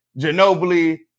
Ginobili